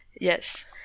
Yes